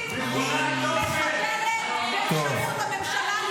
היא --- באפשרות הממשלה לפעול.